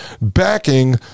backing